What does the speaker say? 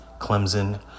Clemson